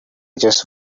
just